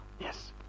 yes